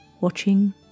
watching